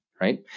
Right